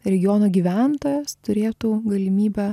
regiono gyventojas turėtų galimybę